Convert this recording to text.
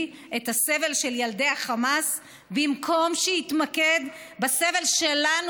את הסבל של ילדי החמאס במקום שיתמקד בסבל שלנו,